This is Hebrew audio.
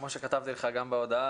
כמו שכתבתי לך גם בהודעה,